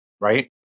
Right